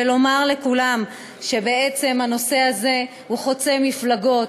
ולומר לכולם שבעצם הנושא הזה הוא חוצה מפלגות,